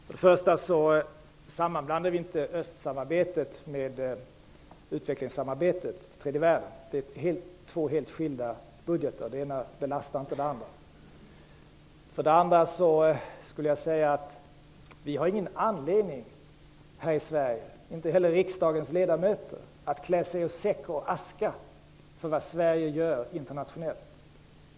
Fru talman! För det första sammanblandar vi inte östsamarbetet med utvecklingssamarbetet med tredje världen. De har två helt skilda budgetar, och den ena belastar inte den andra. För det andra vill jag säga att vi inte här i Sverige - inte heller riksdagens ledamöter - har någon anledning att klä oss i säck och aska för vad Sverige gör internationellt.